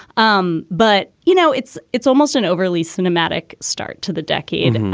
um but, you know, it's it's almost an overly cinematic start to the decade.